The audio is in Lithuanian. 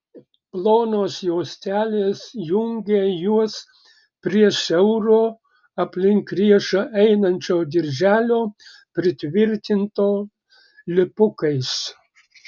plonos juostelės jungė juos prie siauro aplink riešą einančio dirželio pritvirtinto lipukais